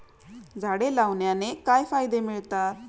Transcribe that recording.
झाडे लावण्याने काय फायदे मिळतात?